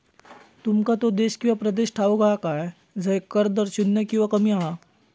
तुमका तो देश किंवा प्रदेश ठाऊक हा काय झय कर दर शून्य किंवा कमी हा?